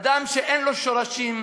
אדם שאין לו שורשים,